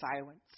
silence